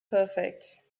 perfect